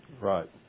Right